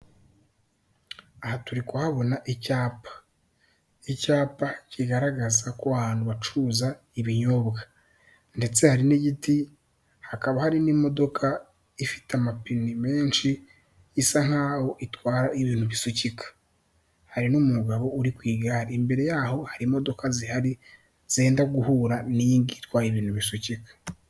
Aha turi kuhabona icyapa. Icyapa kigaragaza ko abantu bacuruza ibinyobwa ndetse hari n'igiti hakaba hari n'imodoka ifite amapine menshi isa nk'aho itwara ibintu bisukika, hari n'umugabo uri ku igare imbere yaho hari imodoka zihari zenda guhura n'iyingiyi itwara ibintu bishukika.